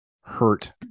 hurt